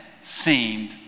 seemed